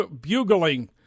bugling